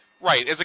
Right